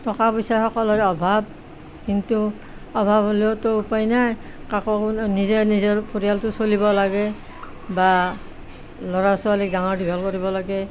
টকা পইচা সকলোৰে অভাৱ কিন্তু অভাৱ হ'লেওতো উপায় নাই কাকো কোনেও নিজে নিজৰ পৰিয়ালটো চলিব লাগে বা ল'ৰা ছোৱালী ডাঙৰ দীঘল কৰিব লাগে